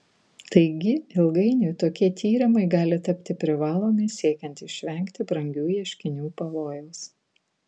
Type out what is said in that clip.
taigi ilgainiui tokie tyrimai gali tapti privalomi siekiant išvengti brangių ieškinių pavojaus